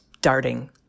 darting